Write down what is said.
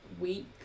week